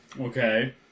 Okay